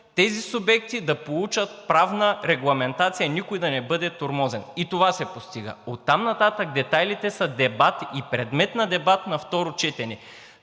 тези субекти да получат правна регламентация, никой да не бъде тормозен – и това се постига. Оттам нататък детайлите са дебат и предмет на дебат на второ четене